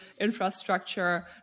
infrastructure